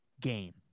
game